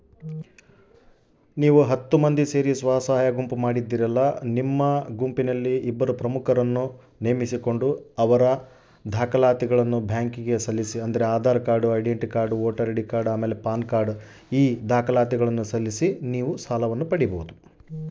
ನಾವು ಹತ್ತು ಮಂದಿ ಸೇರಿ ಸ್ವಸಹಾಯ ಗುಂಪು ಮಾಡಿದ್ದೂ ನಮಗೆ ಸಾಲ ಪಡೇಲಿಕ್ಕ ಏನೇನು ದಾಖಲಾತಿ ಕೊಡ್ಬೇಕು?